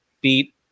beat